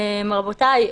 רבותיי,